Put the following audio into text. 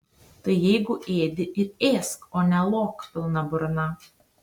tai jeigu ėdi ir ėsk o ne lok pilna burna